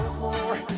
more